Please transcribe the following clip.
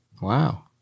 Wow